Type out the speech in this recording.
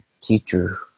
teacher